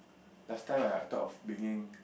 last time I I thought of bringing